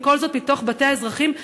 וכל זאת מתוך בתי האזרחים,